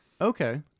Okay